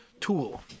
tool